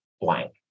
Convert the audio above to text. blank